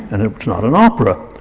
and it's not an opera.